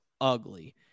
ugly